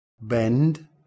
bend